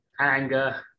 anger